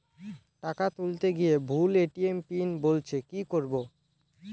টাকা তুলতে গিয়ে ভুল এ.টি.এম পিন বলছে কি করবো?